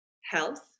health